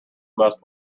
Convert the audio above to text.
must